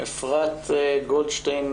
אפרת גולדשטיין